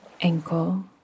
ankle